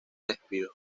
despido